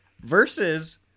Versus